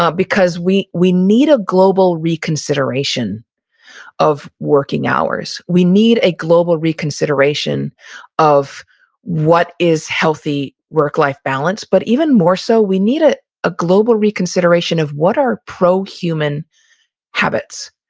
ah because we we need a global reconsideration of working hours. we need a global reconsideration of what is healthy work-life balance, but even more so, we need a a global reconsideration of what are pro-human habits.